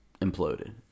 imploded